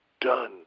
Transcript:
done